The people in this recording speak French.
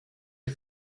est